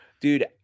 Dude